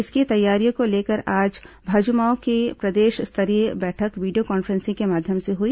इसकी तैयारियों को लेकर आज आज भाजयुमो की प्रदेश स्तरीय बैठक वीडियो कॉन्फ्रेंसिंग के माध्यम से हुई